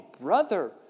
brother